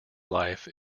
life